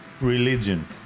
religion